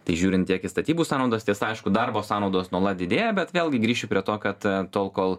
tai žiūrint tiek į statybų sąnaudas tiesa aišku darbo sąnaudos nuolat didėja bet vėlgi grįšiu prie to kad tol kol